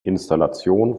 installation